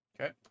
Okay